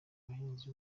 abahinzi